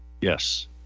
Yes